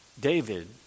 David